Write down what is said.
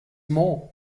more